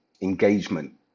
engagement